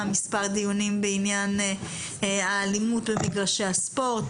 מספר דיונים בעניין האלימות במגרשי הספורט.